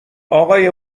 آقای